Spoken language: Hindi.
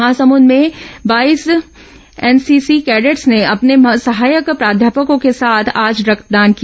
महासमुंद में बाईस एनसीसी कैंडेट्स ने अपने सहायक प्राध्यपकों के साथ आज रक्तदान किया